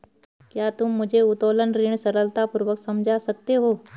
क्या तुम मुझे उत्तोलन ऋण सरलतापूर्वक समझा सकते हो?